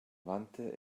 wandte